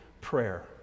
prayer